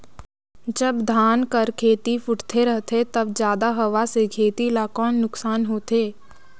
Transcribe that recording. जब धान कर खेती फुटथे रहथे तब जादा हवा से खेती ला कौन नुकसान होथे?